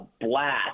blast